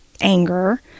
anger